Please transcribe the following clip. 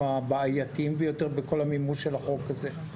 הבעייתיים ביותר בכל המימוש של החוק הזה,